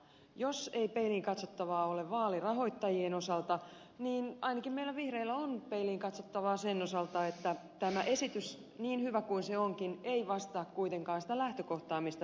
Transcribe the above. jos ei peiliin katsottavaa ole vaalirahoittajien osalta niin ainakin meillä vihreillä on peiliin katsottavaa sen osalta että tämä esitys niin hyvä kuin se onkin ei vastaa kuitenkaan sitä lähtökohtaa mistä lähdettiin liikkeelle